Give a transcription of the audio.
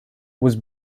was